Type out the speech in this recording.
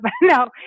no